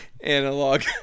Analog